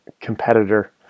Competitor